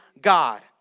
God